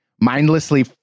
mindlessly